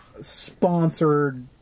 sponsored